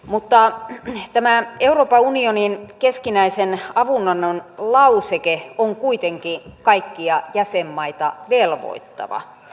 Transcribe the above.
mutta tämä euroopan unionin keskinäisen avunannon lauseke on kuitenkin kaikkia jäsenmaita velvoittava